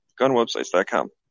gunwebsites.com